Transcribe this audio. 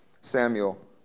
Samuel